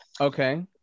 okay